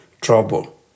trouble